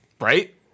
Right